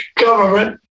government